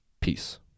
Peace